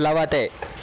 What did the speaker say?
प्लवते